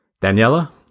Daniela